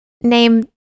Name